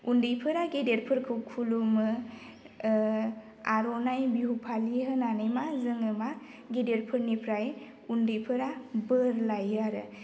उन्दैफोरा गेदेरफोरखौ खुलुमो आर'नाइ बिहु फालि होनानै मा जोङो मा गेदेरफोरनिफ्राय उन्दैफोरा बोर लायो आरो